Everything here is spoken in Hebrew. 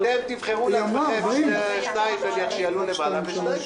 אתם תבחרו לעצמכם שניים שיעלו למעלה.